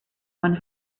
one